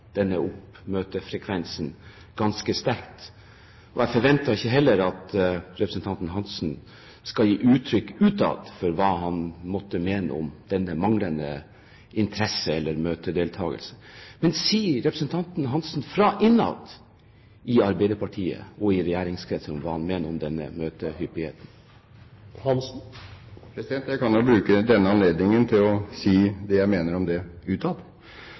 ganske sterkt, og jeg forventer ikke at han skal gi uttrykk utad for hva han måtte mene om denne manglende interesse eller møtedeltakelse. Men sier representanten Hansen fra innad i Arbeiderpartiet og i regjeringskretsen om hva han mener om denne møtehyppigheten? Jeg kan jo bruke denne anledningen til å si det jeg mener om det utad.